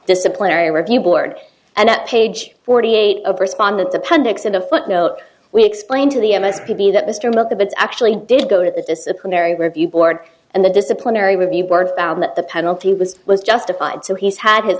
disciplinary review board and at page forty eight of respondents appendix in a footnote we explained to the m s p b that mr mock debates actually did go to the disciplinary review board and the disciplinary review board found that the penalty was was justified so he's had his